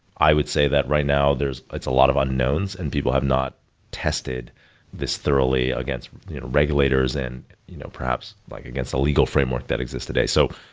i would say that right now it's a lot of unknowns and people have not tested this thoroughly against regulators and you know perhaps like against a legal framework that exist today. so